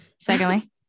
Secondly